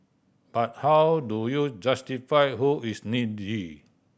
but how do you justify who is needy